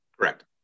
correct